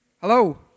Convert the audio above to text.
Hello